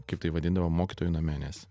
kaip tai vadindavo mokytojų name nes